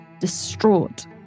distraught